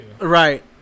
Right